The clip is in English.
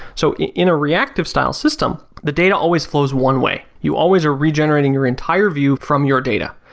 so in a reactive style system, the data always flows one way. you always are regenerating your entire view from your data.